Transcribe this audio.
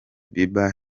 bieber